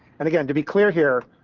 and again, to be clear here,